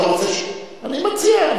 אתה רוצה, אני מציע.